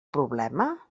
problema